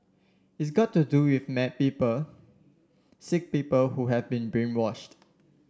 it's got to do with mad people sick people who have been brainwashed